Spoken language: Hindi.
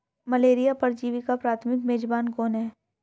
मलेरिया परजीवी का प्राथमिक मेजबान कौन है?